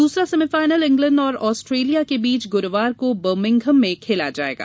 दूसरा semifinal England और Australia के बीच गुरूवार को बर्मिंघम में खेला जाएगा